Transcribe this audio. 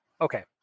okay